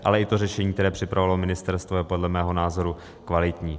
Ale i řešení, které připravovalo ministerstvo, je podle mého názoru kvalitní.